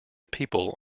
people